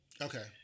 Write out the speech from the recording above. Okay